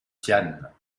tian